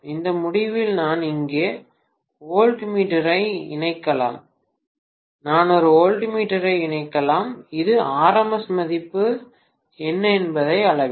இந்த முடிவில் நான் இங்கே ஒரு வோல்ட்மீட்டரை இணைக்கலாம் நான் ஒரு வோல்ட்மீட்டரை இணைக்கலாம் இது RMS மதிப்பு என்ன என்பதை அளவிடும்